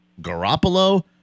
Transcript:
Garoppolo